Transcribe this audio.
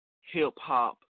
hip-hop